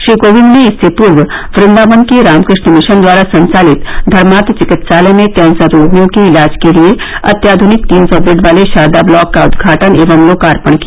श्री कोविंद ने इससे पूर्व वन्दावन के रामकष्ण मिशन द्वारा संचालित धर्मार्थ चिकित्सालय में कैंसर रोगियों के इलाज के लिए अत्याध्रनिक तीन सौ बेड वाले शारदा ब्लॉक का उदघाटन एवं लोकार्पण किया